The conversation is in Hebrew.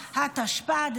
כדין.